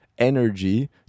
energy